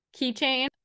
keychain